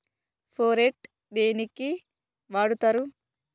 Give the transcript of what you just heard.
Phorate దేనికి వాడుతరు?